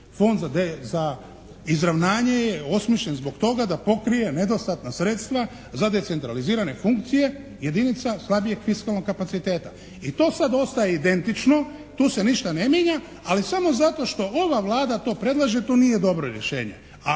Fond za izravnanje je osmišljen zbog toga da pokrije nedostatna sredstva za decentralizirane funkcije jedinica slabijeg fiskalnog kapaciteta. I to sad ostaje identično. Tu se ništa ne mijenja, ali samo zato što ova Vlada to predlaže to nije dobro rješenje.